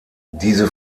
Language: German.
diese